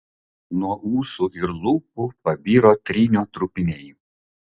nuo ūsų ir lūpų pabiro trynio trupiniai